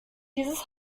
dieses